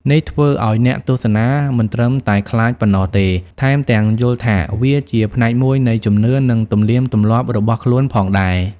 នេះធ្វើឲ្យអ្នកទស្សនាមិនត្រឹមតែខ្លាចប៉ុណ្ណោះទេ ថែមទាំងយល់ថាវាជាផ្នែកមួយនៃជំនឿនិងទំនៀមទម្លាប់របស់ខ្លួនផងដែរ។